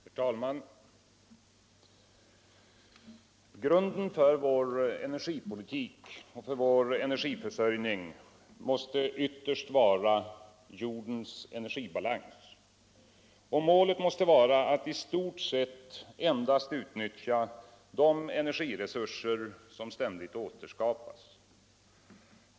Herr talman! Grunden för vår energipolitik och vår energiförsörjning måste ytterst vara jordens energibalans. Målet måste vara att i stort sett endast utnyttja de energiresurser som ständigt återskapas.